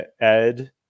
Ed